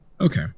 Okay